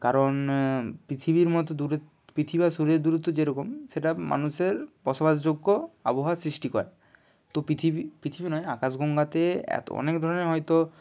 কারণ পৃথিবীর মতো দূরে পৃথিবী আর সূর্যের দূরত্ব যেরকম সেটা মানুষের বসবাসযোগ্য আবহাওয়া সৃষ্টি করে তো পৃথিবী পৃথিবী নয় আকাশগঙ্গাতে এতো অনেক ধরনের হয়তো